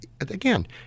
again